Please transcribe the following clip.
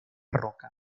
roca